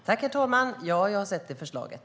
Herr talman! Ja, jag har sett det förslaget.